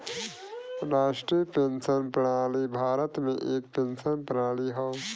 राष्ट्रीय पेंशन प्रणाली भारत में एक पेंशन प्रणाली हौ